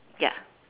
ya